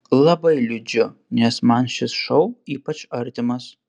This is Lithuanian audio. labai liūdžiu nes man šis šou ypač artimas